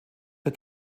der